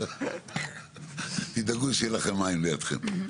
תדאגו שיהיה מים לידכם.